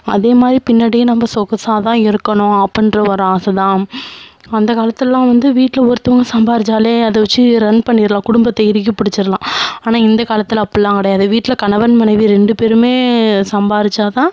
அதேமாதிரி பின்னாடியும் நம்ம சொகுசாக தான் இருக்கணும் அப்பட்ன்ற ஒரு ஆசைதான் அந்த காலத்திலலாம் வந்து வீட்டில ஒருத்தவங்க சம்பாரிச்சாலே அதை வச்சு ரன் பண்ணிடலாம் குடும்பத்தை இறுக்கி பிடிச்சிடலாம் ஆனால் இந்த காலத்தில் அப்பட்லாம் கிடையாது வீட்டில கணவன் மனைவி ரெண்டு பேருமே சம்பாரிச்சால் தான்